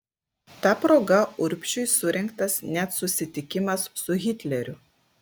ta proga urbšiui surengtas net susitikimas su hitleriu